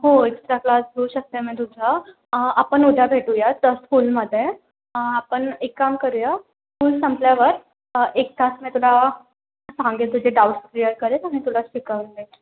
हो extra class घेऊ शकते मी तुझा आपण उद्या भेटूयात स्कूलमधे आपण एक काम करू या स्कूल संपल्यावर एक तास मी तुला सांगेन तुझे डाउट्स क्लिअर करेन आणि तुला शिकवून देईन